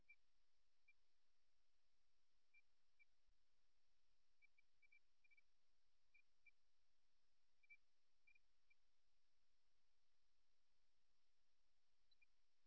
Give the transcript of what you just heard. பொதுவாக ஒரு மூத்த நபரிடமிருந்து ஒரு திசையைப் பெறக் காத்திருக்கும் இளைய அதிகாரிகள் இளம் பள்ளி குழந்தைகள் மத்தியில் அடிபணிந்தவர்கள் பாதுகாப்பு தொடர்பான பதவியை வகிக்கும் நபர்களில் இந்த நிலைப்பாட்டை நாங்கள் காண்கிறோம்